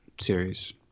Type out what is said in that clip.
series